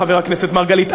חבר הכנסת מרגלית,